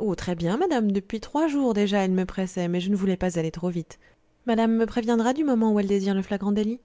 oh très bien madame depuis trois jours déjà il me pressait mais je ne voulais pas aller trop vite madame me préviendra du moment où elle désire le flagrant délit